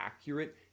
accurate